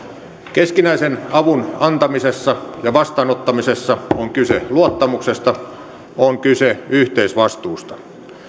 keskinäisen avun antamisessa ja vastaanottamisessa on kyse luottamuksesta on kyse yhteisvastuusta